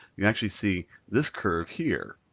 you actually see this curve here,